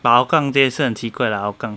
but hougang 也是很奇怪 lah hougang